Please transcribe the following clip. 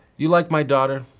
you like my daughter?